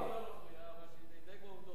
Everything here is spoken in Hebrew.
אבל שידייק בעובדות.